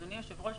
אדוני היושב-ראש,